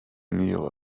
neal